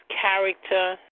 Character